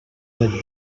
del